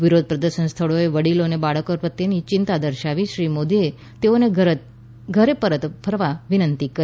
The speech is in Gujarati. વિરોધ પ્રદર્શન સ્થળોએ વડીલો અને બાળકો પ્રત્યેની ચિંતા દર્શાવી શ્રી મોદીએ તેઓને ઘરે પરત જવા વિનંતી કરી